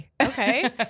Okay